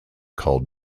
called